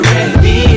ready